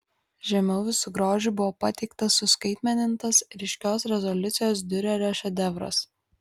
žemiau visu grožiu buvo pateiktas suskaitmenintas ryškios rezoliucijos diurerio šedevras